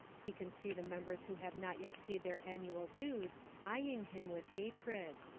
he can see the members who have not yet paid their annual dues eyeing him with hatred.